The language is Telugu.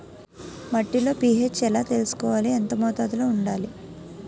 మట్టిలో పీ.హెచ్ ఎలా తెలుసుకోవాలి? ఎంత మోతాదులో వుండాలి?